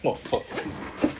!wah!